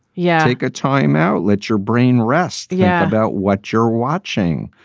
yeah, take a time out. let your brain rest. yeah. about what you're watching.